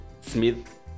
Smith